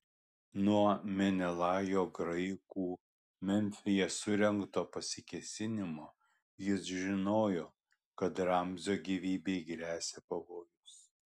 nuo menelajo graikų memfyje surengto pasikėsinimo jis žinojo kad ramzio gyvybei gresia pavojus